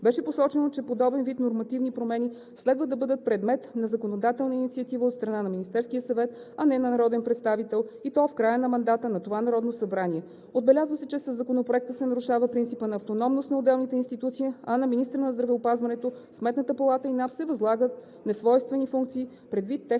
Беше посочено, че подобен вид нормативни промени следва да бъдат предмет на законодателна инициатива от страна на Министерския съвет, а не на народен представител, и то в края на мандата на това Народно събрание. Отбеляза се, че със Законопроекта се нарушава принципът на автономност на отделените институции, а на министъра на здравеопазването, Сметната палата и Националната агенция за приходите се възлагат несвойствени функции предвид техните